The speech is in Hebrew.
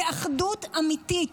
באחדות אמיתית,